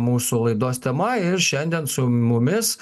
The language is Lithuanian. mūsų laidos tema ir šiandien su mumis